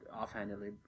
offhandedly